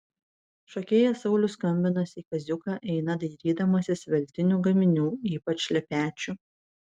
šokėjas saulius skambinas į kaziuką eina dairydamasis veltinių gaminių ypač šlepečių